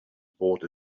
bought